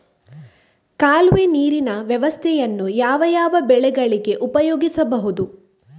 ಕಾಲುವೆ ನೀರಿನ ವ್ಯವಸ್ಥೆಯನ್ನು ಯಾವ್ಯಾವ ಬೆಳೆಗಳಿಗೆ ಉಪಯೋಗಿಸಬಹುದು?